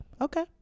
okay